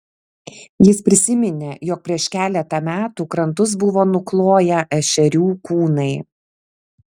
jis prisiminė jog prieš keletą metų krantus buvo nukloję ešerių kūnai